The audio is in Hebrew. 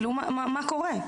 מה קורה?